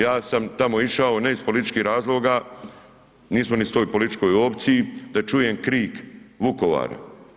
Ja sam tamo išao, ne iz političkih razloga, nismo u istoj političkoj opciji, da čujem krik Vukovara.